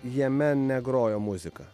jame negrojo muzika